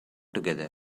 together